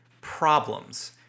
problems